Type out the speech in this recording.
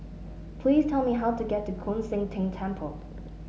please tell me how to get to Koon Seng Ting Temple